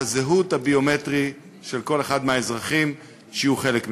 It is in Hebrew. הזהות הביומטרית של כל אחד מהאזרחים שיהיו חלק ממנו.